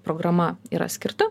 programa yra skirta